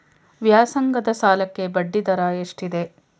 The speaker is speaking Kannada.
ವ್ಯಾಸಂಗದ ಸಾಲಕ್ಕೆ ಬಡ್ಡಿ ದರ ಎಷ್ಟಿದೆ?